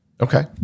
Okay